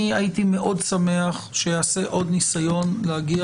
אני הייתי מאוד שמח שייעשה עוד ניסיון להגיע